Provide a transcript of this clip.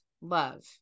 love